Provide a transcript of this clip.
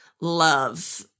love